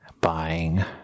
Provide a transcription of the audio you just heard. Buying